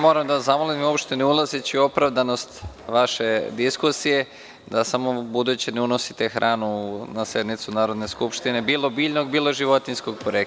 Moram da vas zamolim, uopšte ne ulazeći u opravdanost vaše diskusije, da u buduće ne unosite hranu na sednicu Narodne skupštine, bilo biljnog, bilo životinjskog porekla.